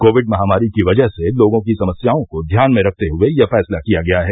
Covid महामारी की वजह से लोगों की समस्याओं को ध्यान में रखते हुए यह फैसला किया गया है